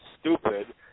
stupid